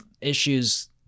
issues